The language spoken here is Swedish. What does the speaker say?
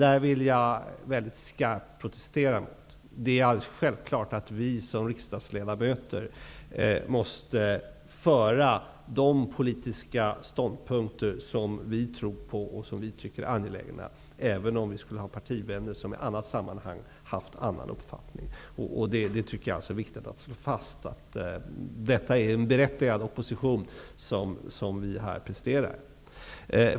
Jag vill väldigt skarpt protestera mot det. Det är alldeles självklart att vi som riksdagsledamöter måste få framföra de politiska ståndpunkter som vi tror på och som vi tycker är angelägna, även om vi skulle ha partivänner som i annat sammanhang haft en annan uppfattning. Jag tycker alltså att det är viktigt att slå fast att den opposition som vi här presterar är berättigad.